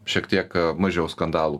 šiek tiek mažiau skandalų